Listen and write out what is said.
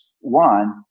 one